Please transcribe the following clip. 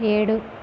ఏడు